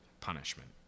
punishment